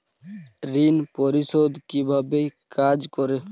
ঋণ পরিশোধ কিভাবে কাজ করে?